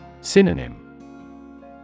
Synonym